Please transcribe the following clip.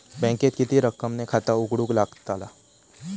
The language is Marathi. बँकेत किती रक्कम ने खाता उघडूक लागता?